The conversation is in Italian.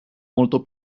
molto